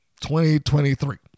2023